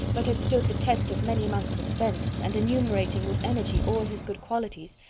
but had stood the test of many months' suspense, and enumerating with energy all his good qualities,